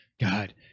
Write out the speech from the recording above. God